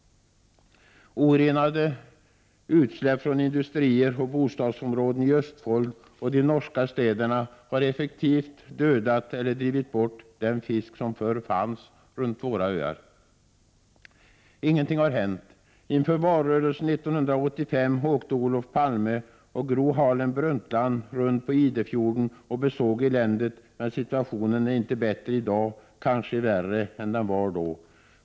Orenade utsläpp från industrier och bostadsområden i Östfold och de norska städerna har effektivt dödat eller drivit bort den fisk som förr fanns runt våra öar. Ingenting har hänt. Inför valrörelsen 1985 åkte Olof Palme och Gro Harlem Brundtland runt på Idefjorden och besåg eländet, men situationen är inte bättre i dag — kanske värre — än den var då.